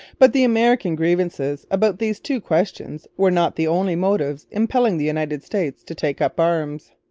but the american grievances about these two questions were not the only motives impelling the united states to take up arms.